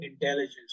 intelligence